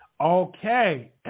Okay